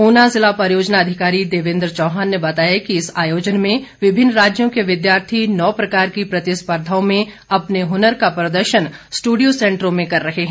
ऊना ज़िला परियोजना अधिकारी देवेन्द्र चौहान ने बताया कि इस आयोजन में विभिन्न राज्यों के विद्यार्थी नौ प्रकार की प्रतिस्पर्धाओं में अपने हुनर का प्रदर्शन स्टूडियो सेंटरों में कर रहे हैं